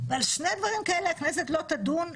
הכנסת לא תדון.